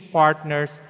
partners